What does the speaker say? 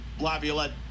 Laviolette